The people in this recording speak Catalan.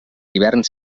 hivern